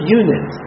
unit